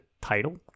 title